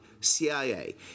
CIA